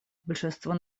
большинство